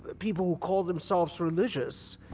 but people who call themselves religious,